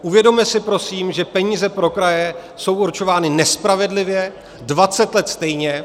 Uvědomme si prosím, že peníze pro kraje jsou určovány nespravedlivě dvacet let stejně.